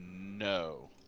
No